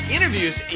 Interviews